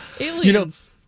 Aliens